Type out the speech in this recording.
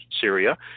Syria